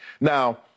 Now